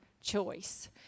choice